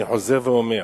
אני חוזר ואומר,